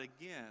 again